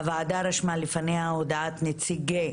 הוועדה רשמה לפניה הודעת נציגי